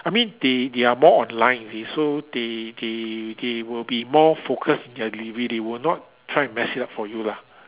I mean they they are more online you see so they they they will be more focused on their delivery they will not try to mess it up for you lah